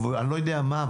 או אני לא יודע מה,